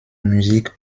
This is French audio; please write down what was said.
musique